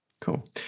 Cool